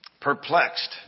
perplexed